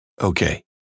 Okay